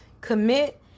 commit